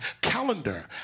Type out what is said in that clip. calendar